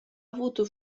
avuto